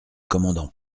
commandant